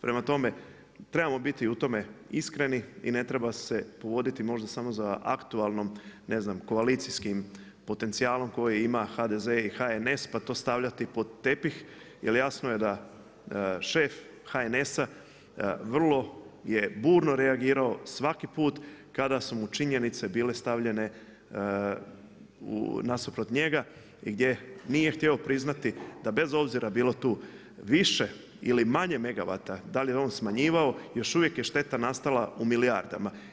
Prema tome, trebamo biti u tome iskreni i ne treba se povoditi možda samo za aktualnom ne znam koalicijskim potencijalom koji ima HDZ i HNS pa to stavljati pod tepih jel jasno je da šef HNS-a vrlo je burno reagirao svaki put kada su mu činjenice bile stavljene nasuprot njega i gdje nije htio priznati da bez obzira bilo tu više ili manje megawata, da li je on smanjivao i još uvijek je šteta nastala u milijardama.